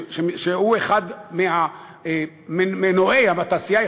שהוא אחד ממנועי התעשייה,